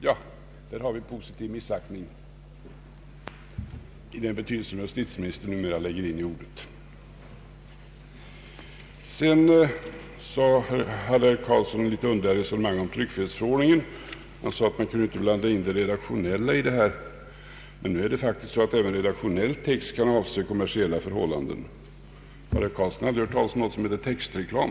Ja, där har vi positiv missaktning i den betydelse justitieministern numera lägger in i ordet. Sedan förde herr Karlsson ett något underligt resonemang om tryckfrihetsförordningen. Han sade att man inte kan blanda in det redaktionella i detta. Men nu är det ju så att även redaktionell text kan avse kommersiella förhållanden. Har herr Karlsson aldrig hört talas om något som heter textreklam?